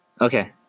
Okay